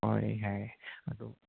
ꯍꯣꯏ ꯌꯥꯏ ꯑꯗꯨ